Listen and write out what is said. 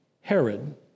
Herod